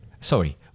Sorry